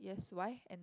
yes why and